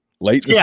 Late